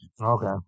Okay